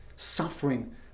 suffering